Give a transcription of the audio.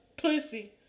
Pussy